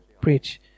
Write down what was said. preach